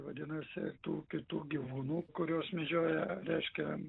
vadinasi tų kitų gyvūnų kuriuos medžioja reiškia